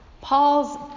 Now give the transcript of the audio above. Paul's